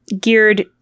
geared